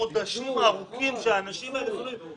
החודשים הארוכים שהאנשים האלה עוברים,